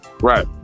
Right